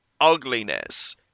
ugliness